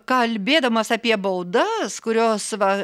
kalbėdamas apie baudas kurios va